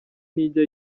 ntijya